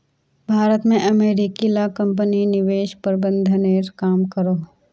भारत में अमेरिकी ला कम्पनी निवेश प्रबंधनेर काम करोह